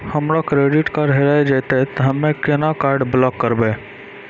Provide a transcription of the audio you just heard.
हमरो credit card हेरा जेतै ते हम्मय केना कार्ड ब्लॉक करबै?